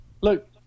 Look